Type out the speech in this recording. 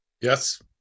Yes